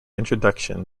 introduction